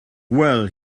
well